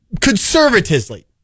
conservatively